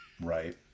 Right